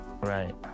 Right